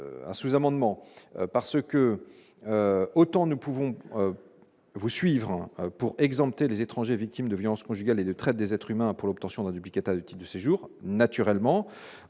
Un sous-amendement parce que autant nous pouvons vous suivra pour exempter les étrangers victimes de violences conjugales et de traite des êtres humains pour l'obtention d'un duplicata du type de séjour naturellement